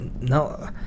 No